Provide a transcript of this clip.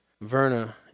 Verna